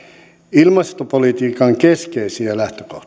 ilmastopolitiikan keskeisiä lähtökohtia